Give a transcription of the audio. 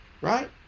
Right